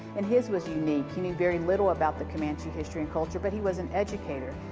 and his was unique. he knew very little about the comanche history and culture, but he was an educator,